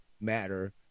matter